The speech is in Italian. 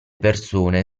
persone